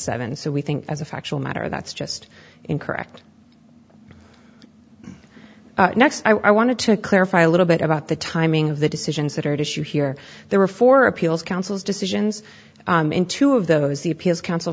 seven so we think as a factual matter that's just incorrect next i wanted to clarify a little bit about the timing of the decisions that are at issue here there were four appeals councils decisions in two of those the appeals council